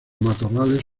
matorrales